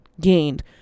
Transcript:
gained